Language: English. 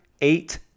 eight